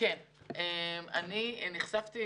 נחשפתי